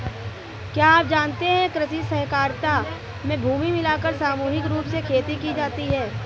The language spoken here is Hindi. क्या आप जानते है कृषि सहकारिता में भूमि मिलाकर सामूहिक रूप से खेती की जाती है?